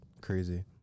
crazy